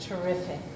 Terrific